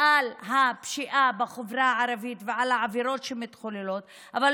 על הפשיעה בחברה הערבית ועל העבירות שמתחוללות בה,